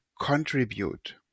contribute